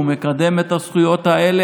הוא מקדם את הזכויות האלה,